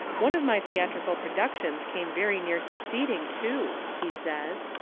one of my theatrical productions came very near succeeding, too, he says.